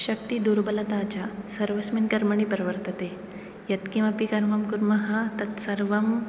शक्तिः दुर्बलता च सर्वस्मिन् कर्मणि प्रवर्तते यत्किमपि कर्म कुर्मः तत् सर्वं